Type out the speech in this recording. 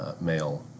male